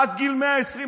עד גיל 120,